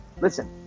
listen